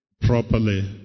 properly